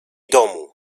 domu